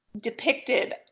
depicted